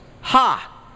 Ha